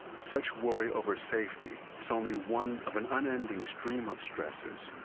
such worry over safety is only one of an unending stream of stressors,